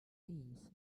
peace